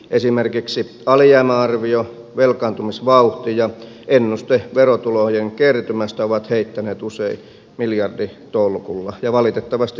esimerkiksi alijäämäarvio velkaantumisvauhti ja ennuste verotulojen kertymästä ovat heittäneet usein miljarditolkulla ja valitettavasti niin on nyttenkin